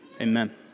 Amen